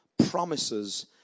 Promises